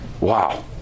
wow